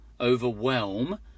overwhelm